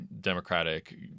democratic